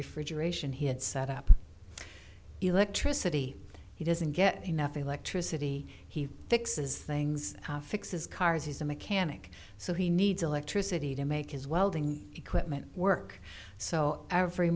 refrigeration he had set up electricity he doesn't get enough electricity he fixes things fixes cars he's a mechanic so he needs electricity to make his welding equipment work so every